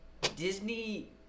Disney